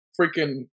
freaking